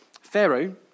Pharaoh